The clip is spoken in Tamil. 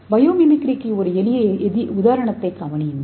பயோமிமிக்ரிக்கு ஒரு எளிய உதாரணத்தைக்கவனியுங்கள்